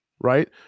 right